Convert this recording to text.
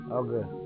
okay